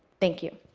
thank you.